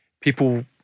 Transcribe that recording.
people